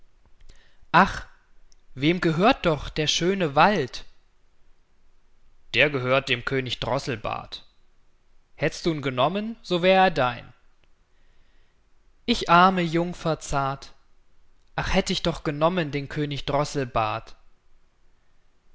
ach wem gehört doch der schöne wald der gehört dem könig droßelbart hättst du'n genommen so wär er dein ich arme jungfer zart ach hätt ich doch genommen den könig droßelbart